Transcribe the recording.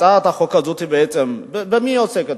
הצעת החוק הזאת, במי היא עוסקת?